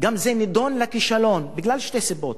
זה גם נידון לכישלון, בגלל שתי סיבות.